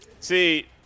See